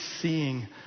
seeing